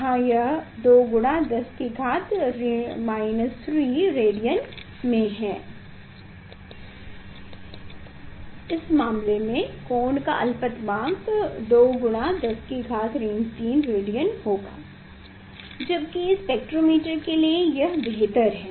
यहाँ यह 2 x 10 3 radian में है इस मामले में कोण का अलपतमांक 2 x 10 3 रेडियन होगी जबकि स्पेक्ट्रोमीटर के लिए यह बेहतर है